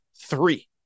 three